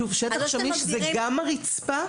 שוב, שטח שמיש הוא גם הרצפה